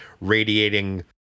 radiating